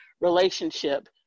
relationship